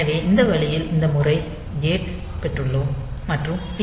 எனவே இந்த வழியில் இந்த முறை கேட் பெற்றுள்ளோம் மற்றும் டி